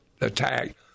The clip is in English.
attack